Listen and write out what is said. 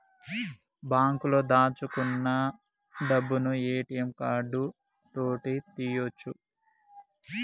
బాంకులో దాచుకున్న డబ్బులను ఏ.టి.యం కార్డు తోటి తీయ్యొచు